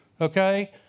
Okay